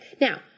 Now